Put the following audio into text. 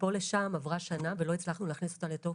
מפה לשם, עברה שנה ולא הצלחנו להכניס אותה לתוקף.